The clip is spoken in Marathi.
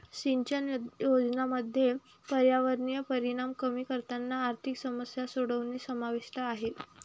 सिंचन योजनांमध्ये पर्यावरणीय परिणाम कमी करताना आर्थिक समस्या सोडवणे समाविष्ट आहे